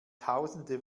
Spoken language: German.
tausende